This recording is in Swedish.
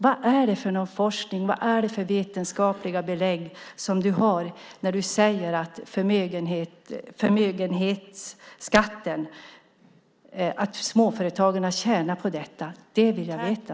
Vad är det för forskning och vetenskapliga belägg du har när du säger att småföretagen tjänar på förmögenhetsskatten? Det vill jag veta.